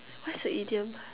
what's a idiom